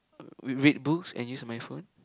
with Red Bulls and use my phone